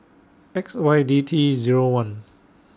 X Y D T Zero one